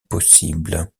possible